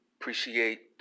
Appreciate